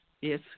Yes